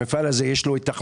למפעל יש היתכנות,